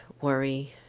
worry